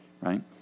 right